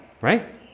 right